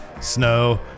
snow